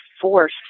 force